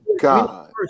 God